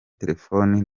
telefoni